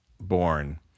born